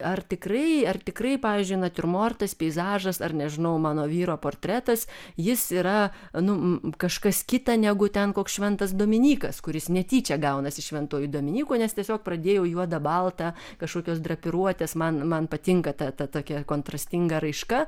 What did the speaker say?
ar tikrai ar tikrai pavyzdžiui natiurmortas peizažas ar nežinau mano vyro portretas jis yra nu kažkas kita negu ten koks šventas dominykas kuris netyčia gaunasi šventuoju dominyku nes tiesiog pradėjau juoda balta kažkokios drapiruotės man man patinka ta tokia kontrastinga raiška